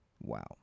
Wow